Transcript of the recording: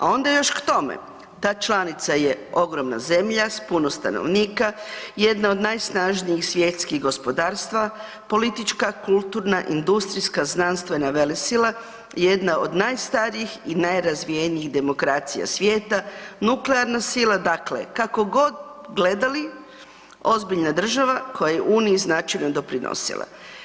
A onda još k tome, ta članica je ogromna zemlja, sa puno stanovnika, jedna od najsnažnijih svjetskih gospodarstva, politička, kulturna, industrijska, znanstvena velesila, jedna od najstarijih i najrazvijenijih demokracija svijeta, nuklearna sila, dakle kako god gledali, ozbiljna država koja je Uniji značajno doprinosila.